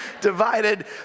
divided